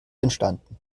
entstanden